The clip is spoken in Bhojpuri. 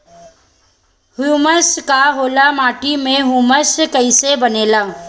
ह्यूमस का होला माटी मे ह्यूमस कइसे बनेला?